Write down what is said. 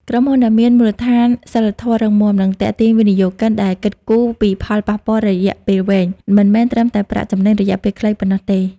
ក្រុមហ៊ុនដែលមានមូលដ្ឋានសីលធម៌រឹងមាំ នឹងទាក់ទាញវិនិយោគិនដែលគិតគូរពីផលប៉ះពាល់រយៈពេលវែង មិនមែនត្រឹមតែប្រាក់ចំណេញរយៈពេលខ្លីប៉ុណ្ណោះទេ។